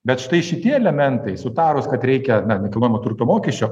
bet štai šitie elementai sutarus kad reikia na nekilnojamo turto mokesčio